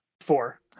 Four